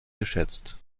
geschätzt